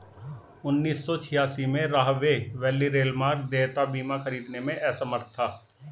उन्नीस सौ छियासी में, राहवे वैली रेलमार्ग देयता बीमा खरीदने में असमर्थ था